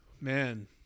Man